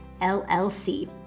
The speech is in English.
LLC